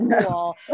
cool